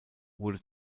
wurde